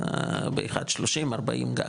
באחד 30, 40 גג.